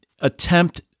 attempt